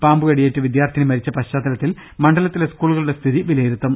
പാമ്പുകടിയേറ്റ് വിദ്യാർത്ഥിനി മരിച്ച പശ്ചാത്തലത്തിൽ മണ്ഡലത്തിലെ സ്കൂളുകളുടെ സ്ഥിതി വിലയിരുത്തും